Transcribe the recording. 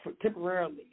temporarily